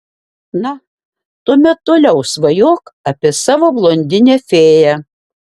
na tuomet toliau svajok apie savo blondinę fėją